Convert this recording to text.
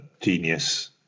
genius